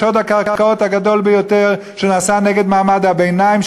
שוד הקרקעות הגדול ביותר שנעשה נגד מעמד הביניים,